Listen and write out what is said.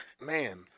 man